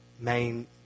main